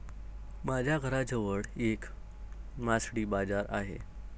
माझ्या घराजवळ एक मासळी बाजार आहे